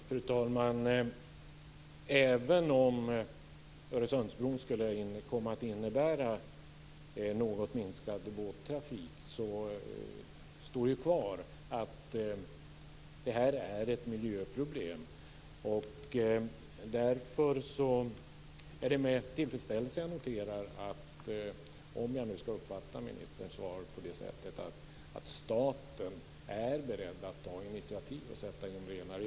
Fru talman! Även om Öresundsbron skulle komma att innebära något minskad båttrafik står det kvar att detta är ett miljöproblem. Därför är det med tillfredsställelse jag noterar - om jag nu ska uppfatta ministerns svar på det sättet - att staten är beredd att ta initiativ och sätta in renare.